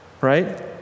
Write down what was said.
right